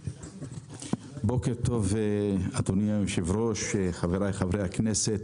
בוקר טוב, אדוני היושב-ראש, חבריי חברי הכנסת,